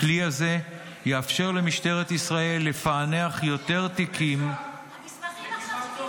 הכלי הזה יאפשר למשטרת ישראל לפענח יותר תיקים --- גם המסמכים זה פשע,